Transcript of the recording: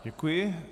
Děkuji.